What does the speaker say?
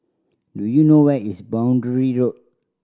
do you know where is Boundary Road